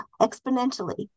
exponentially